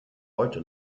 heute